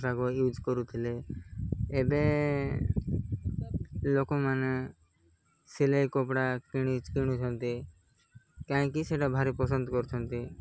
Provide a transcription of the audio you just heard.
ପୋଷାକ ୟୁଜ୍ କରୁଥିଲେ ଏବେ ଲୋକମାନେ ସିଲେଇ କପଡ଼ା କିଣି କିଣୁଛନ୍ତି କାହିଁକି ସେଇଟା ଭାରି ପସନ୍ଦ କରୁଛନ୍ତି